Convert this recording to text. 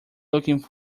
looking